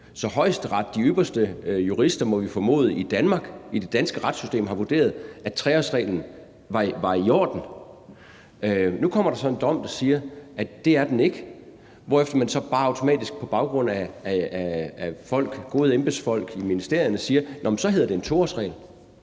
Så Højesteret – de ypperste jurister i det danske retssystem, må man formode – har vurderet, at 3-årsreglen var i orden. Nu kommer der så en dom, der siger, at det er den ikke, hvorefter man så bare automatisk på baggrund af en vurdering fra gode embedsfolk i ministerierne siger: Nå, men så hedder det en 2-årsregel.